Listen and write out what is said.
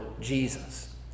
Jesus